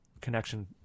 connection